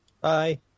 Bye